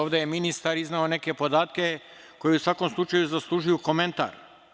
Ovde je ministar izneo neke podatke koje u svakom slučaju zaslužuju komentar.